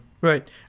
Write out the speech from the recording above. Right